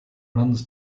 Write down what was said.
runs